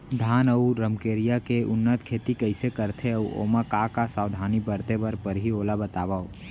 धान अऊ रमकेरिया के उन्नत खेती कइसे करथे अऊ ओमा का का सावधानी बरते बर परहि ओला बतावव?